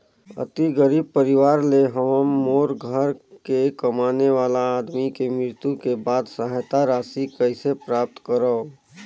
अति गरीब परवार ले हवं मोर घर के कमाने वाला आदमी के मृत्यु के बाद सहायता राशि कइसे प्राप्त करव?